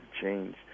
change